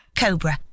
Cobra